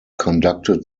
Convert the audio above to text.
conducted